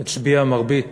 הצביעו מרבית